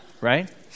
right